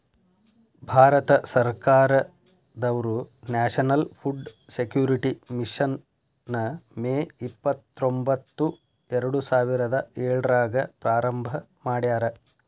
ಭಾರತ ಸರ್ಕಾರದವ್ರು national food security mission ನ ಮೇ ಇಪ್ಪತ್ರೊಂಬತ್ತು ಎರಡುಸಾವಿರದ ಏಳ್ರಾಗ ಪ್ರಾರಂಭ ಮಾಡ್ಯಾರ